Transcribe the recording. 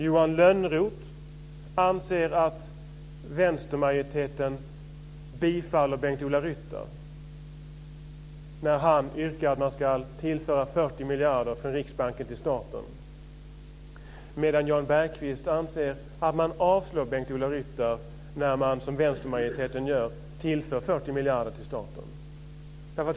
Johan Lönnroth anser att vänstermajoriteten bifaller Bengt-Ola Ryttar, som yrkar att man ska tillföra 40 miljarder från Riksbanken till staten, medan Jan Bergqvist anser att man avslår Bengt-Ola Ryttars yrkande när man, som vänstermajoriteten gör, tillför 40 miljarder till staten.